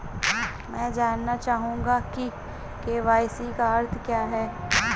मैं जानना चाहूंगा कि के.वाई.सी का अर्थ क्या है?